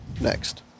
next